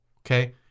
okay